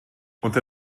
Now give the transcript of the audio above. unter